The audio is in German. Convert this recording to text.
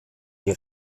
die